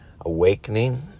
awakening